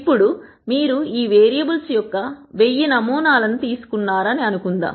ఇప్పుడు మీరు ఈ వేరియబుల్స్ యొక్క 1000 నమూనాలను తీసుకున్నారని అనుకుందాం